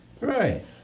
Right